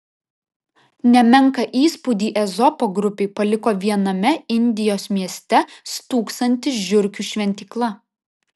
nemenką įspūdį ezopo grupei paliko viename indijos mieste stūksanti žiurkių šventykla